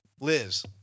Liz